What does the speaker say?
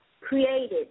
created